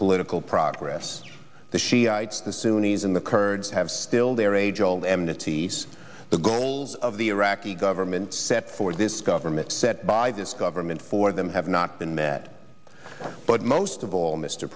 political progress the shiites the sunni's in the kurds have still their age old amnesties the goals of the iraqi government set for this government set by this government for them have not been met but most of all mr